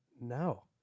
no